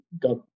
got